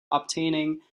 obtaining